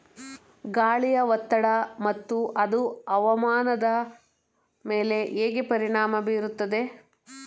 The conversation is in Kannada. ಗಾಳಿಯ ಒತ್ತಡ ಮತ್ತು ಅದು ಹವಾಮಾನದ ಮೇಲೆ ಹೇಗೆ ಪರಿಣಾಮ ಬೀರುತ್ತದೆ?